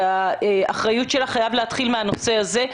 והאחריות שלה חייב להתחיל מהנושא הזה.